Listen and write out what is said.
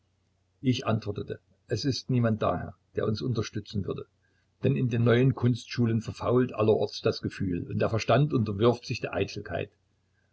ich antwortete es ist niemand da herr der uns unterstützen würde denn in den neuen kunstschulen verfault allerorts das gefühl und der verstand unterwirft sich der eitelkeit